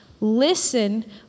Listen